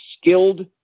skilled